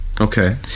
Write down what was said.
Okay